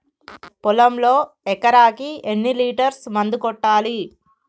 పొలంలో ఎకరాకి ఎన్ని లీటర్స్ మందు కొట్టాలి?